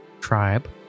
tribe